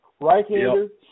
Right-hander